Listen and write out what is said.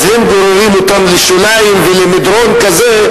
הן גוררות אותן לשוליים ולמדרון כזה,